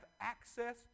access